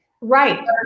Right